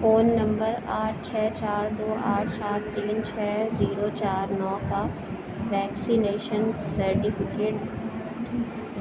phone number آٹھ چھ چار دو آٹھ سات تین چھ زیرو چار نو کا ویکسینیشن سرٹیفکیٹ